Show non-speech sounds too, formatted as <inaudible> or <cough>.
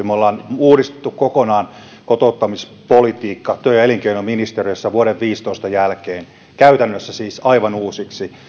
<unintelligible> me olemme uudistaneet kokonaan kotouttamispolitiikan työ ja elinkeinoministeriössä vuoden kaksituhattaviisitoista jälkeen käytännössä siis aivan uusiksi